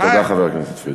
תודה, חבר הכנסת פריג'.